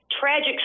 tragic